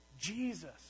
Jesus